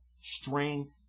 strength